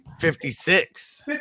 56